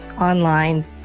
online